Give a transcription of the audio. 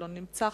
לא נמצא,